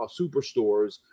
Superstores